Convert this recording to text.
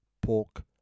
pork